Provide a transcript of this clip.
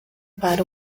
para